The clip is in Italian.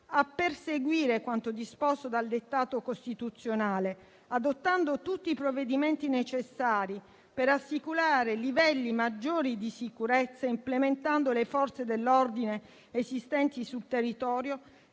a perseguire quanto disposto dal dettato costituzionale, adottando tutti i provvedimenti necessari per assicurare livelli maggiori di sicurezza, implementando le Forze dell'ordine esistenti sul territorio